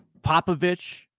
Popovich